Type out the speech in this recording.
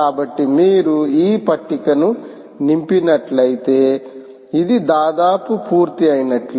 కాబట్టి మీరు ఈ పట్టికను నింపినట్లయితేఇధి ధధాపు పూర్తి అయినట్లే